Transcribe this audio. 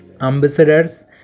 ambassadors